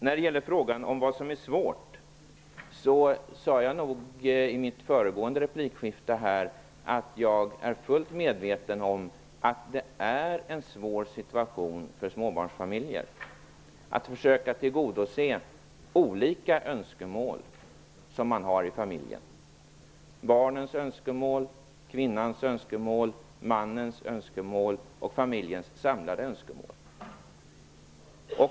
När det gäller frågan om vad som är svårt, sade jag nog i det föregående replikskiftet att jag är fullt medveten om att det är en svår situation för småbarnsfamiljer, att försöka tillgodose de olika önskemål som man har i familjen: barnens önskemål, kvinnans önskemål, mannens önskemål och familjens samlade önskemål.